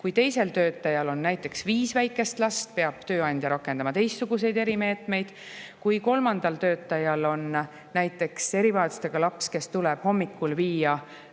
Kui teisel töötajal on viis väikest last, peab tööandja rakendama teistsuguseid erimeetmeid. Kui kolmandal töötajal on erivajadustega laps, kes tuleb hommikul viia